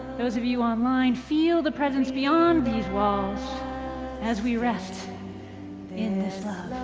those of you online feel the presence beyond these walls as we rest in this love.